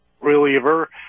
reliever